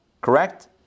Correct